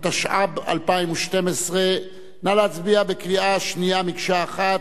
התשע"ב 2012. נא להצביע בקריאה שנייה, מקשה אחת.